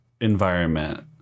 environment